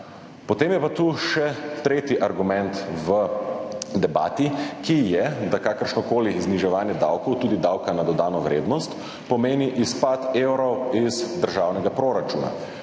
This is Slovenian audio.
Potem je pa tu še tretji argument v debati, ki je, da kakršnokoli zniževanje davkov, tudi davka na dodano vrednost, pomeni izpad evrov iz državnega proračuna.